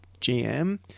GM